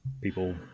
people